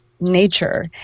nature